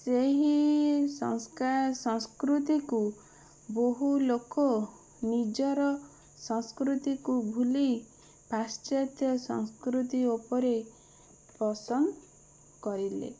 ସେହି ସଂସ୍କୃତିକୁ ବହୁ ଲୋକ ନିଜର ସଂସ୍କୃତିକୁ ଭୁଲି ପ୍ରାଶ୍ଚାତ୍ୟ ସଂସ୍କୃତି ଉପରେ ପସନ୍ଦ କରିଲେ